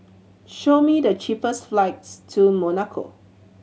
show me the cheapest flights to Monaco